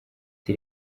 ati